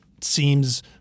seems